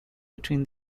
between